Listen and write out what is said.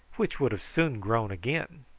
which would have soon grown again.